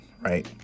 right